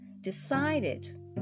decided